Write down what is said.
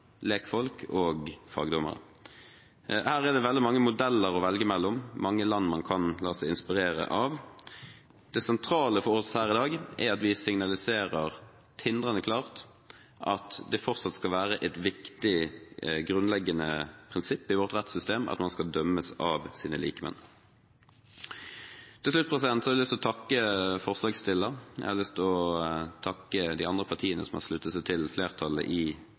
lekfolk og fagdommere. Her er det veldig mange modeller å velge mellom – mange land man kan la seg inspirere av. Det sentrale for oss her i dag er at vi signaliserer tindrende klart at det fortsatt skal være et viktig grunnleggende prinsipp i vårt rettssystem at man skal dømmes av sine likemenn. Til slutt har jeg lyst til å takke forslagsstillerne, og jeg har lyst til å takke de andre partiene som har sluttet seg til flertallet i